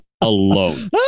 alone